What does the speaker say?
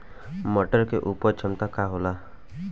मटर के उपज क्षमता का होला?